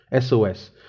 SOS